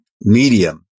medium